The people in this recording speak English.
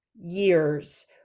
years